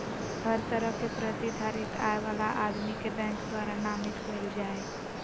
हर तरह के प्रतिधारित आय वाला आदमी के बैंक द्वारा नामित कईल जा हइ